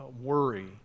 worry